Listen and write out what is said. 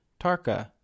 Tarka